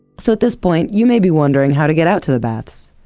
so at this point, you may be wondering how to get out to the baths,